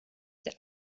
der